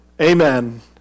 Amen